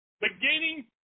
beginning